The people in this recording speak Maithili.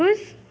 खुश